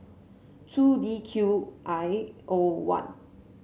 two D Q I O one